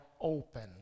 open